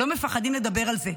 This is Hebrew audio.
לא מפחדים לדבר על זה,